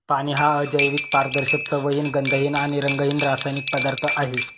पाणी हा अजैविक, पारदर्शक, चवहीन, गंधहीन आणि रंगहीन रासायनिक पदार्थ आहे